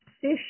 fish